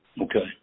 Okay